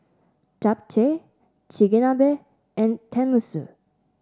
Japchae Chigenabe and Tenmusu